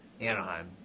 Anaheim